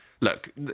Look